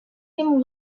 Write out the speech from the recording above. him